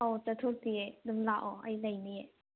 ꯑꯧ ꯆꯠꯊꯣꯛꯇꯤꯑꯦ ꯑꯗꯨꯝ ꯂꯥꯛꯑꯣ ꯑꯩ ꯂꯩꯅꯤꯑꯦ